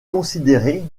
considéré